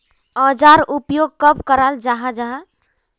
औजार उपयोग कब कराल जाहा जाहा?